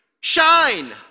shine